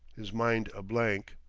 his mind a blank.